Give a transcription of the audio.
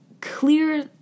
clear